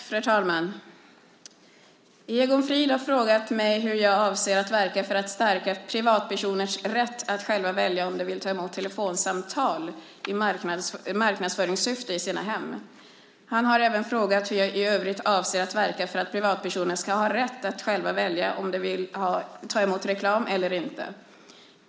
Fru talman! Egon Frid har frågat mig hur jag avser att verka för att stärka privatpersoners rätt att själva välja om de vill ta emot telefonsamtal i marknadsföringssyfte i sina hem. Han har även frågat hur jag i övrigt avser att verka för att privatpersoner ska ha rätt att själva välja om de vill ta emot reklam eller inte.